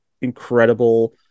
incredible